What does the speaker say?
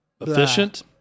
efficient